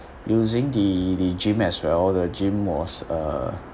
using the the gym as well the gym was uh